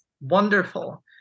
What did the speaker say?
wonderful